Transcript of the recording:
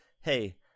hey